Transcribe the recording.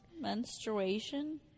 Menstruation